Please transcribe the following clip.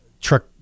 truck